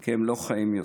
כי הם לא חיים יותר?